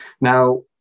Now